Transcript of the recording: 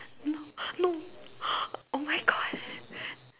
no no oh-my-God